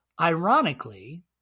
Ironically